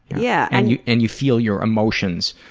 yeah. and you and you feel your emotions,